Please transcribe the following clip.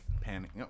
Panic